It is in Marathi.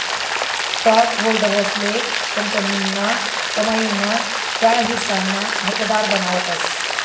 स्टॉकहोल्डर्सले कंपनीना कमाई ना त्या हिस्साना हकदार बनावतस